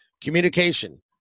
communication